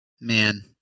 Man